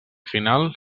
final